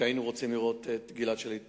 שהיינו רוצים לראות את גלעד שליט בבית,